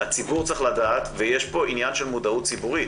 הציבור צריך לדעת ויש פה עניין של מודעות ציבורית.